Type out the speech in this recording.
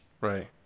Right